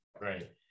Right